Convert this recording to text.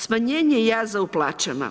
Smanjenje jaza u plaćama.